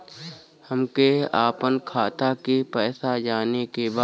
हमके आपन खाता के पैसा जाने के बा